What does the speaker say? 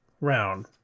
round